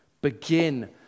begin